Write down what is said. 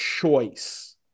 choice